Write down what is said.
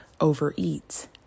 overeat